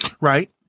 Right